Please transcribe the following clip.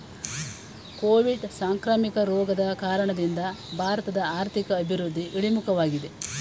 Covid ಸಾಂಕ್ರಾಮಿಕ ರೋಗದ ಕಾರಣದಿಂದ ಭಾರತದ ಆರ್ಥಿಕ ಅಭಿವೃದ್ಧಿ ಇಳಿಮುಖವಾಗಿದೆ